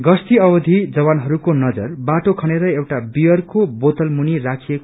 गश्ती अवधि जवानहरूको नअर बाटो खेनेर एउटा बियरको बोतल मुनि राखिकऐ